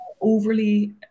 overly